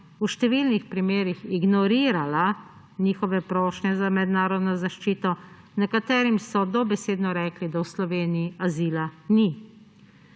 v številnih primerih ignorirala njihove prošnje za mednarodno zaščito. Nekateri so dobesedno rekli, da v Sloveniji azila ni.